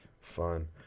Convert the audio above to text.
Fun